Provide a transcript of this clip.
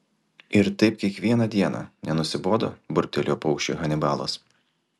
ir taip kiekvieną dieną nenusibodo burbtelėjo paukščiui hanibalas